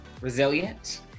resilient